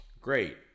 Great